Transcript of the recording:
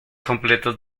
completos